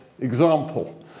example